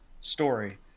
story